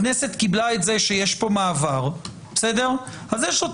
זה טיפה סרבול חקיקתי אבל יש כאן